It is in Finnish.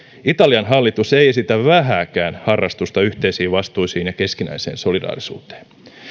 italian hallitus ei esitä vähääkään harrastusta yhteisiin vastuisiin ja keskinäiseen solidaarisuuteen